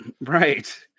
right